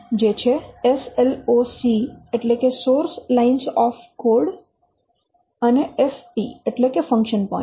જે છે SLOC એટલે કે સોર્સ લાઇન્સ ઓફ કોડ અને FP એટલે કે ફંક્શન પોઇન્ટ